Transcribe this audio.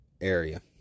area